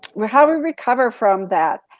how we recover from that.